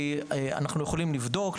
כי אנחנו יכולים לבדוק,